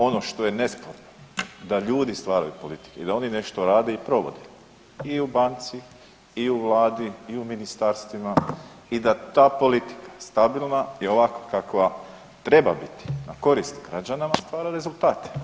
Ono što je neskladno da ljudi stvaraju politike, da oni nešto rade i provode i u banci, i u Vladi, i u ministarstvima i da ta politika stabilna je ovakva kakva treba biti na korist građana nama stvara rezultate.